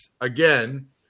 Again